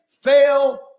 fail